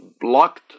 blocked